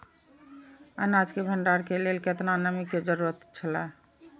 अनाज के भण्डार के लेल केतना नमि के जरूरत छला?